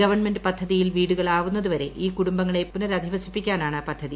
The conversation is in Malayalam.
ഗവൺമെന്റ് പദ്ധതിയിൽ വീടുകൾ ആവുന്നതുവരെ ഈ കുടുംബങ്ങളെ പുനരധിവസിപ്പിക്കാനാണ് പദ്ധതി